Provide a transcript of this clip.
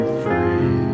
free